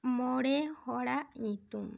ᱢᱚᱬᱮ ᱦᱚᱲᱟᱜ ᱧᱩᱛᱩᱢ